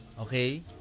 Okay